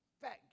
fat